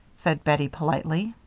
said bettie, politely.